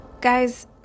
Guys